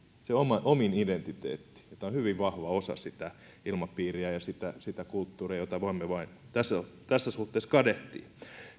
se omin identiteetti ja tämä on hyvin vahva osa sitä ilmapiiriä ja sitä sitä kulttuuria jota voimme tässä suhteessa vain kadehtia